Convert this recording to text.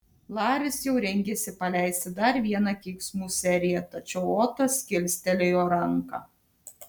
laris jau rengėsi paleisti dar vieną keiksmų seriją tačiau otas kilstelėjo ranką